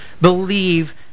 believe